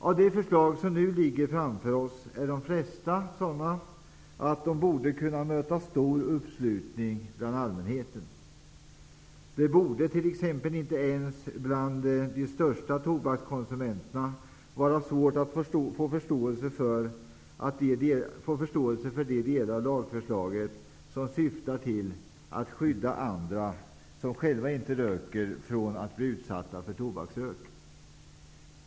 Av de förslag som nu ligger framför oss är de flesta sådana att de borde kunna möta stor uppslutning från allmänheten. Det borde t.ex. inte ens bland de största tobakskonsumenterna vara svårt att få förståelse för de delar av lagförslaget som syftar till att skydda andra som inte själva röker från att bli utsatta för tobaksrök.